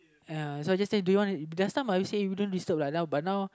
ya so I just tell do you last time I always say you don't disturb uh but now